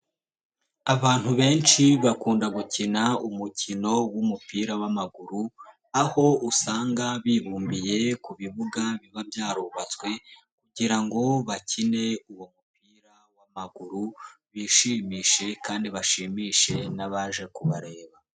Abantu benshi bakunda gukina umukino w'umupira w'amaguru, aho usanga bibumbiye ku bibuga biba byarubatswe, kugira ngo bakine uwo mupira w'amaguru, bishimishe kandi bashimishe n'abaje kubareba.